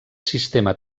sistema